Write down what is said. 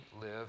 live